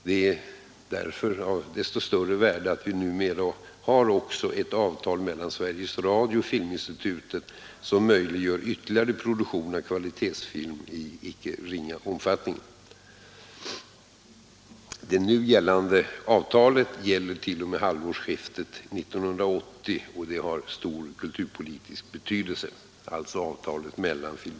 Det är därför av desto större värde att vi numera har också ett avtal mellan Sveriges Radio och Filminstitutet som möjliggör ytterligare produktion av kvalitetsfilm i icke ringa omfattning. Det nu gällande avtalet mellan Filminstitutet och Sveriges Radio gäller t.o.m. halvårsskiftet 1980, och det har stor kulturpolitisk betydelse.